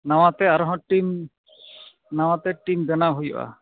ᱱᱟᱣᱟ ᱛᱮ ᱟᱨᱦᱚᱸ ᱴᱤᱢ ᱱᱟᱣᱟ ᱛᱮ ᱴᱤᱢ ᱵᱮᱱᱟᱣ ᱦᱩᱭᱩᱜᱼᱟ